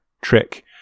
trick